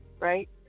right